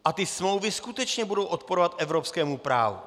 A ty smlouvy skutečně budou odporovat evropskému právu.